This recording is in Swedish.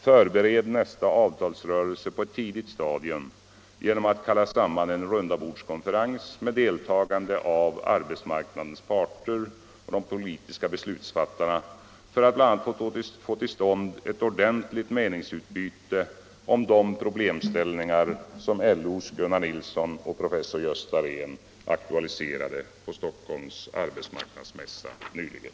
Förbered nästa avtalsrörelse på ett tidigt stadium genom att kalla samman en rundabordskonferens med deltagande av arbetsmarknadens parter och politiska beslutsfattare för att bl.a. få till stånd ett ordentligt meningsutbyte om de problemställningar som LO:s Gunnar Nilsson och professor Gösta Rehn aktualiserade på Stockholms arbetsmarknadsstämma nyligen.